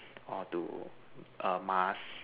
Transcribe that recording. or to err Mars